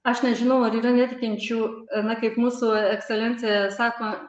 aš nežinau ar yra netikinčių na kaip mūsų ekscelencija sako